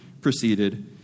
proceeded